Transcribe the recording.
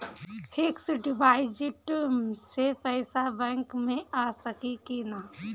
Fix deposit से पैसा bank मे आ सकी कि ना?